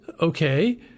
okay